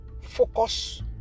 focus